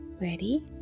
Ready